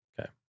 Okay